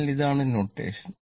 അതിനാൽ ഇതാണ് നൊട്ടേഷൻ